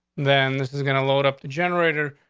then this is gonna load up the generator,